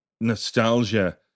nostalgia